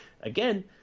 again